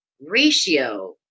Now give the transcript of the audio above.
ratio